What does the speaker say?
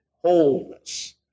wholeness